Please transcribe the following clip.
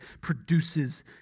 produces